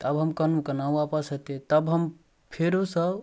तब हम कहलहुॅं कोना वापस हेतै तब हम फेर सऽ